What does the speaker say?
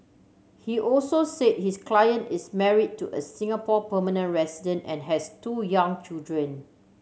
he also said his client is married to a Singapore permanent resident and has two young children